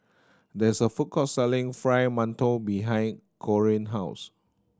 there is a food court selling Fried Mantou behind Corine house